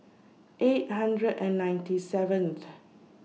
eight hundred and ninety seventh